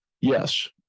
yes